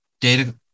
data